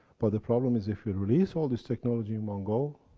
but the problem is, if you release all this technology, in one go,